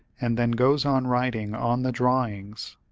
and then goes on writing on the drawings.